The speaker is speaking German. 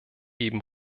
eben